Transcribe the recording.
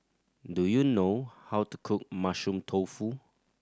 do you know how to cook Mushroom Tofu